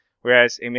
Whereas